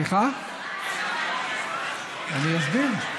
אני אסביר.